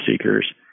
seekers